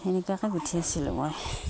সেনেকুৱাকৈ গোঁঠি আছিলোঁ মই